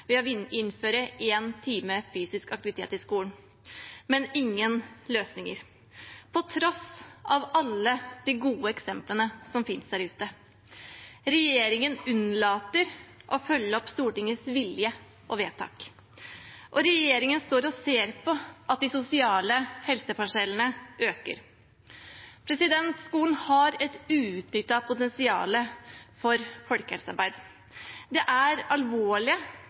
ved å innføre én time fysisk aktivitet i skolen, men ingen løsninger – på tross av alle de gode eksemplene som finnes der ute. Regjeringen unnlater å følge opp Stortingets vilje og vedtak, og regjeringen står og ser på at de sosiale helseforskjellene øker. Skolen har et uutnyttet potensial for folkehelsearbeid. Det er alvorlige